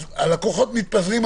הלקוחות מתפזרים,